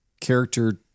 character